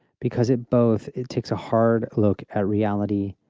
because it both it takes a hard look at reality,